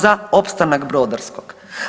za opstanak Brodarskog.